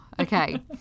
Okay